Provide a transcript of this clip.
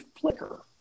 flicker